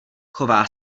chová